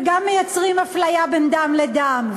וגם מייצרים אפליה בין דם לדם,